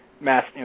mass